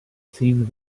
seemed